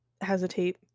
hesitate